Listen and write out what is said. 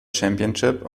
championship